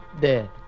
dead